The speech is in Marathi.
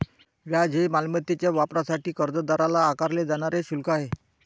व्याज हे मालमत्तेच्या वापरासाठी कर्जदाराला आकारले जाणारे शुल्क आहे